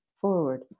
forward